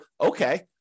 okay